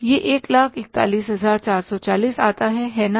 यह 141440 आता है है ना